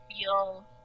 feel